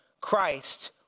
Christ